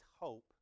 hope